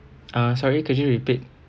uh sorry can you repeat